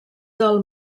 del